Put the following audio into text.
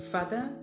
Father